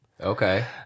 Okay